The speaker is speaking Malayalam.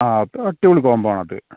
ആ അത് അടിപൊളി കോംബോ ആണത്